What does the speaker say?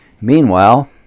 Meanwhile